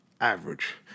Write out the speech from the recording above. average